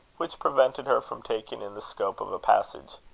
which prevented her from taking in the scope of a passage.